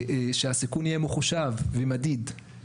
כך שהסיכון יהיה מחושב ומדיד.